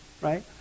right